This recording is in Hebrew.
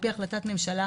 על פי החלטת ממשלה,